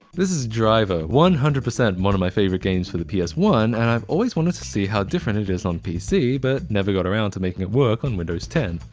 this is driver, one hundred percent one of my favorite games for the p s one, and i've always wanted to see how different it is on pc but never got around to making it work on windows ten.